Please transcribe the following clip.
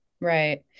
Right